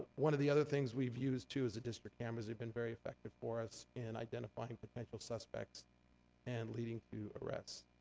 one of the other things we've used, too, is additional cameras. they've been very effective for us in identifying potential suspects and leading to arrests.